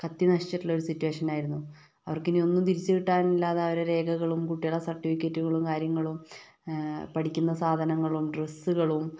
കത്തി നശിച്ചിട്ടുള്ള ഒരു സിറ്റുവേഷൻ ആയിരുന്നു അവർക്കിനിയൊന്നും തിരിച്ചുകിട്ടാനില്ലാതെ അവരെ രേഖകളും കുട്ടിയ്ള് സർട്ടിഫിക്കറ്റുകളും കാര്യങ്ങളും പഠിക്കുന്ന സാധനങ്ങളും ഡ്രെസ്സുകളും